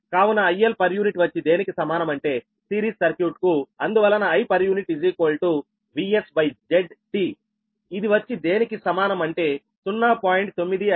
కావున IL per unit వచ్చి దేనికి సమానం అంటే సిరీస్ సర్క్యూట్ కు అందువలన I VsZTఇది వచ్చి దేనికి సమానం అంటే 0